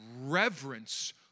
reverence